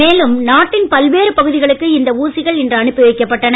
மேலும் நாட்டின் பல்வேறு பகுதிகளுக்கு இந்த ஊசிகள் இன்று அனுப்பி வைக்கப்பட்டன